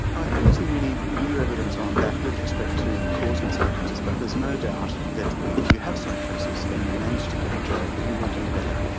i haven't seen any new evidence on that, with respect to causing psychosis. but there's no doubt that if you have psychosis and you manage to get a job, you will do better.